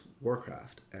Warcraft